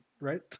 right